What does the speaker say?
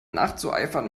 nachzueifern